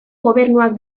gobernuak